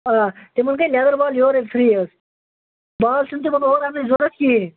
آ تِمَن گٔے لیدر بال یورَے فرٛی حظ بال چھِنہٕ تِمَن اورٕ اَننٕچ ضوٚرَتھ کِہیٖنۍ